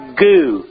goo